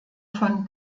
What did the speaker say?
von